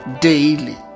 daily